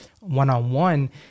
one-on-one